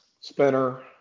Spinner